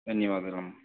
ధన్యవాదాలమ్మ